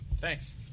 Thanks